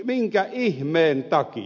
minkä ihmeen takia